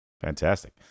fantastic